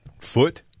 foot